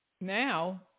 now